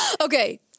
Okay